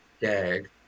gag